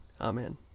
Amen